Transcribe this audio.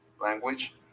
language